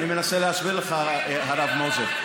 אני מנסה להסביר לך, הרב מוזס.